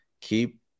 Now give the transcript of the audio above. keep